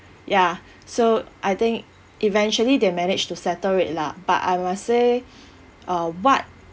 ya so I think eventually they managed to settle it lah but I must say uh what